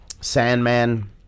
Sandman